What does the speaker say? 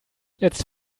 jetzt